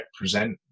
represent